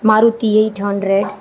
Maruti eight hundred